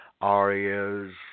Arias